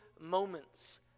moments